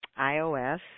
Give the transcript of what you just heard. iOS